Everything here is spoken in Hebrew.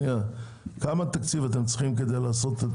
כמה תקציב אתם צריכים כדי לעשות?